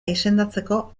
izendatzeko